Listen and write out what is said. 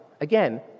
again